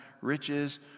riches